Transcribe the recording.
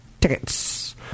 tickets